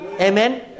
Amen